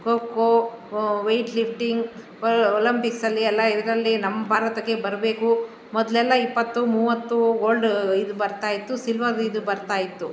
kho kho weight lifting ಒಲಂಪಿಕ್ಸಲ್ಲಿ ಎಲ್ಲ ಇದರಲ್ಲಿ ನಮ್ಮ ಭಾರತಕ್ಕೆ ಬರಬೇಕು ಮೊದಲೆಲ್ಲ ಇಪ್ಪತ್ತು ಮೂವತ್ತು ಗೋಲ್ಡ್ ಇದು ಬರ್ತಾಯಿತ್ತು ಸಿಲ್ವರೀದು ಬರ್ತಾಯಿತ್ತು